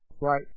Right